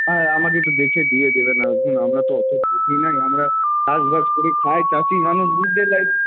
হ্যাঁ আমাকে একটু দেখে দিয়ে দেবেন এখন আমরা তো অতো বুঝি না আমরা চাষ বাস করি খাই চাষি মানুষ বুঝতে তাই